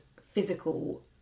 physical